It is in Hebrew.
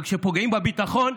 וכשפוגעים בביטחון,